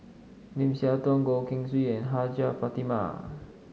Lim Siah Tong Goh Keng Swee and Hajjah Fatimah